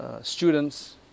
students